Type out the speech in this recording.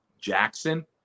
Jackson